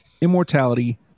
immortality